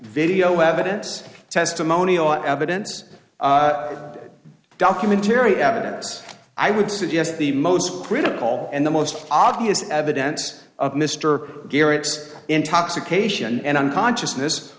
video evidence testimonial evidence documentary evidence i would suggest the most critical and the most obvious evidence of mr garrett's intoxication and unconscious